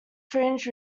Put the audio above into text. fringed